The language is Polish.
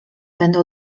będę